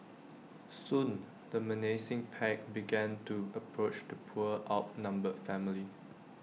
soon the menacing pack began to approach the poor outnumbered family